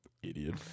Idiot